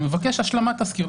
הוא מבקש השלמת תזכיר.